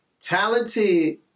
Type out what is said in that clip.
talented